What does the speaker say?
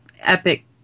epic